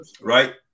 right